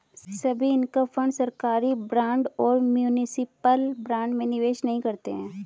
सभी income fund सरकारी bond और म्यूनिसिपल बॉन्ड में निवेश नहीं करते हैं